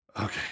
Okay